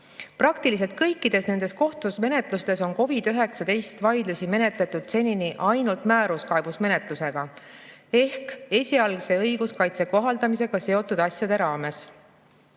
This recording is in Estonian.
Praktiliselt kõikide nende kohtumenetluste korral on COVID-19 vaidlusi menetletud seni ainult määruskaebusmenetlusena ehk esialgse õiguskaitse kohaldamisega seotud asjade raames.